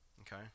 Okay